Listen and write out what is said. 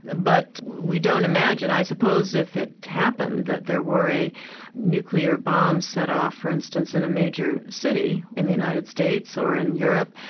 but we don't imagine i suppose if it happened that were a nuclear bomb set off for instance in a major city in the united states, or in europe,